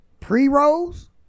pre-rolls